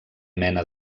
mena